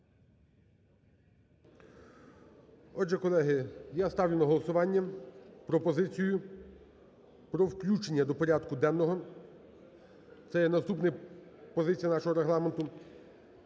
Отже, колеги, я ставлю на голосування пропозицію про включення до порядку денного, це є наступна позиція нашого регламенту,